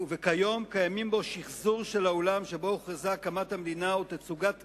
וכיום קיימים בה שחזור של האולם שבו הוכרזה הקמת המדינה ותצוגה קבועה,